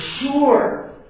sure